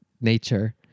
nature